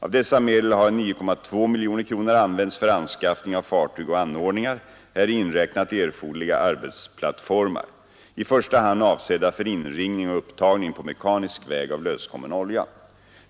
Av dessa medel har 9,2 miljoner kronor använts för anskaffning av fartyg och anordningar, häri inräknat erforderliga arbetsplattformar, i första hand avsedda för inringning och upptagning på mekanisk väg av löskommen olja.